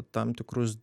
tam tikrus